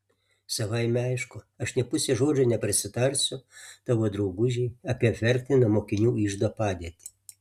savaime aišku aš nė puse žodžio neprasitarsiu tavo draugužei apie apverktiną mokinių iždo padėtį